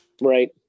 right